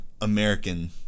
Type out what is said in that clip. American